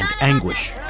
anguish